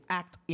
act